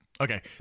Okay